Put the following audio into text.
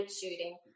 shooting